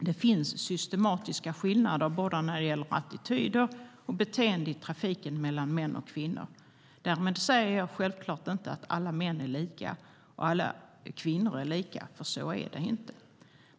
Det finns systematiska skillnader i både attityder och beteende i trafiken mellan män och kvinnor. Därmed säger jag självklart inte att alla män är lika och att alla kvinnor är lika, för så är det inte.